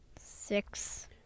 Six